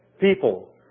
people